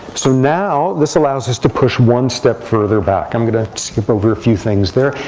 so now this allows us to push one step further back. i'm going to skip over a few things there.